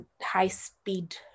high-speed